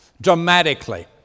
dramatically